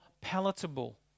palatable